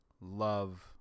love